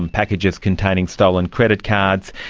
and packages containing stolen credit cards.